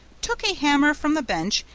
took a hammer from the bench,